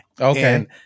Okay